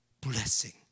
blessing